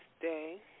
Today